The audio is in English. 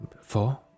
four